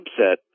subset